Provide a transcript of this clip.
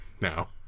now